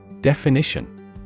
Definition